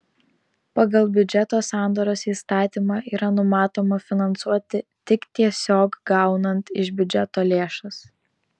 pagal biudžeto sandaros įstatymą yra numatoma finansuoti tik tiesiog gaunant iš biudžeto lėšas